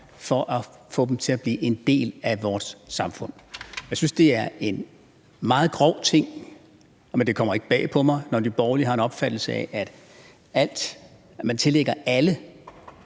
for at få dem til at blive en del af vores samfund. Jeg synes, det er en meget grov ting – men det kommer ikke bag på mig – når de borgerlige tillægger alle